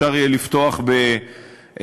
אפשר יהיה לפתוח בהליכים,